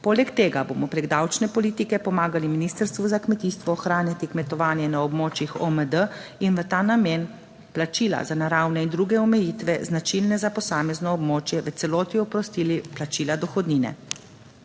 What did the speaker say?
Poleg tega bomo preko davčne politike pomagali Ministrstvu za kmetijstvo ohranjati kmetovanje na območjih OMD in v ta namen plačila za naravne in druge omejitve, značilne za posamezno območje v celoti oprostili plačila dohodnine.